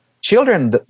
children